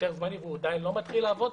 היתר זמני והוא עדיין לא מתחיל לעבוד?